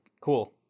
cool